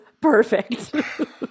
perfect